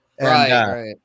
right